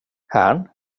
herrn